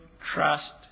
trust